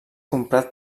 comprat